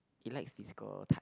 it likes physical touch